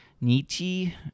Nietzsche